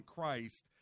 Christ